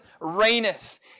reigneth